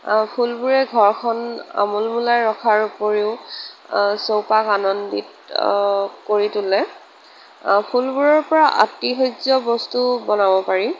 ফুলবোৰে ঘৰখন আমোল মোলাই ৰখাৰ উপৰিও চৌপাশ আনন্দিত কৰি তোলে ফুলবোৰৰ পৰা আতিসাৰ্য্য বস্তু বনাব পাৰি